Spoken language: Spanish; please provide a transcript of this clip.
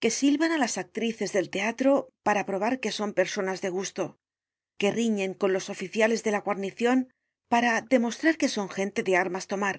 que silban á las actrices del teatro para probar que son personas de gusto que riñen con los oficiales de la guarnicion para demostrar que son gente de armas tomar